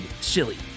silly